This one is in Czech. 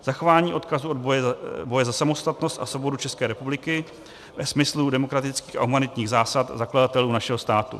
Zachování odkazu boje za samostatnost a svobodu České republiky ve smyslu demokratických a humanitních zásad zakladatelů našeho státu.